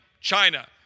China